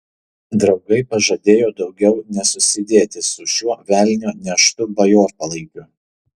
draugai pažadėjo daugiau nesusidėti su šiuo velnio neštu bajorpalaikiu